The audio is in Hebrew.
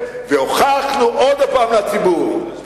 והוכחנו עוד פעם לציבור,